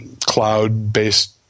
cloud-based